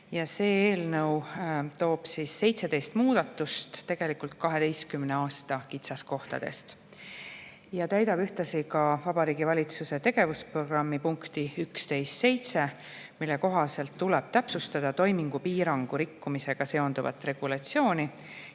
ja see eelnõu toob 17 muudatust 12 aasta kitsaskohtades ning täidab ühtlasi Vabariigi Valitsuse tegevusprogrammi punkti 11.7, mille kohaselt tuleb täpsustada toimingupiirangu rikkumisega seonduvat regulatsiooni